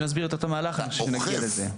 יכול להיות שנסביר את אותו מהלך כשנגיע לזה.